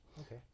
Okay